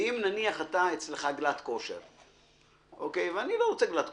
אם האולם שלך הוא גלאט כשר ואני לא רוצה גלאט כשר,